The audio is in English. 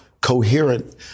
coherent